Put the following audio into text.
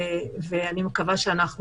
ואני מקווה שאנחנו